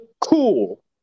cool